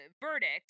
verdict